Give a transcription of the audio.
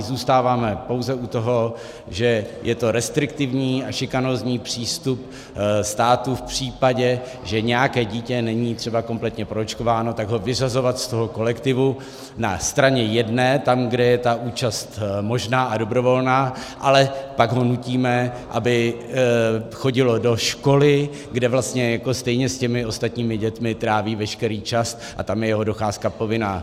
Zůstáváme pouze u toho, že je to restriktivní a šikanózní přístup státu v případě, že nějaké dítě není třeba kompletně proočkováno, tak ho vyřazovat z toho kolektivu na straně jedné, tam kde je ta účast možná a dobrovolná, ale pak ho nutíme, aby chodilo do školy, kde vlastně stejně s těmi ostatními dětmi tráví veškerý čas, a tam je jeho docházka povinná.